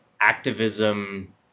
activism